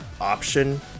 option